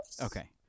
Okay